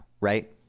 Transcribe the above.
right